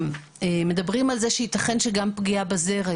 שמדברים על זה שייתכן שגם פגיעה בזרע,